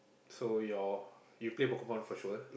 so your you play Pokemon for sure